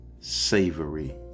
Savory